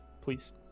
please